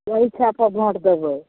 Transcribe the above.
जे इच्छापर वोट देबय